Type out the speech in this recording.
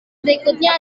berikutnya